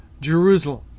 Jerusalem